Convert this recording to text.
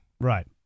Right